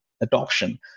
adoption